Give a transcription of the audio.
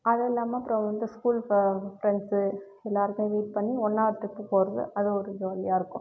அதுவும் இல்லாமல் அப்புறம் வந்து ஸ்கூல் இப்போ ஃப்ரெண்ட்ஸு எல்லோருமே மீட் பண்ணி ஒன்றா ட்ரிப்பு போவது அது ஒரு ஜாலியாக இருக்கும்